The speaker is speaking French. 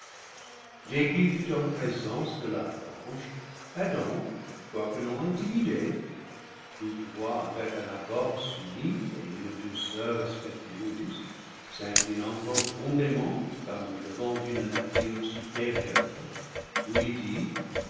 fut en présence de l'archange adam quoique non intimidé toutetois avec un abord soumis et une douceur respectueuse s'inclinant profondément comme devant une nature supérieure lui dit